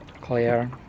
clear